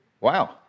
Wow